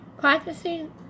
practicing